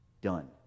done